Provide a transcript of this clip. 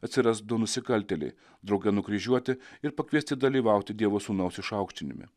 atsiras du nusikaltėliai drauge nukryžiuoti ir pakviesti dalyvauti dievo sūnaus išaukštinime